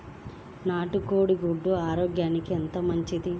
నాటు కోడి గుడ్లు ఆరోగ్యానికి ఎందుకు మంచిది?